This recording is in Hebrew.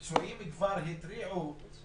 זאת אומרת שהגורמים המקצועיים כבר התריעו והזהירו,